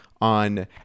on